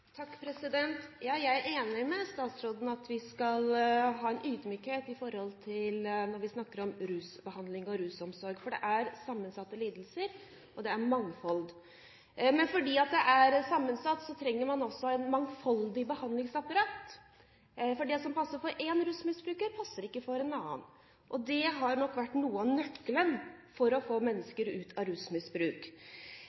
rusomsorg, for det er sammensatte lidelser, og det er mangfold. Men fordi det er sammensatt, trenger man også et mangfoldig behandlingsapparat. For det som passer for én rusmisbruker, passer ikke for en annen. Det har nok vært noe av nøkkelen for å få